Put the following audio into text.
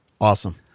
Awesome